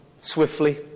swiftly